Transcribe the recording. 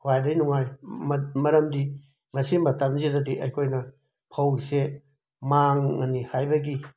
ꯈ꯭ꯋꯥꯏꯗꯒꯤ ꯅꯨꯡꯉꯥꯏ ꯃꯔꯝꯗꯤ ꯃꯁꯤ ꯃꯇꯝꯁꯤꯗꯗꯤ ꯑꯩꯈꯣꯏꯅ ꯐꯧꯁꯤ ꯃꯥꯡꯉꯅꯤ ꯍꯥꯏꯕꯒꯤ